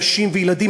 נשים וילדים.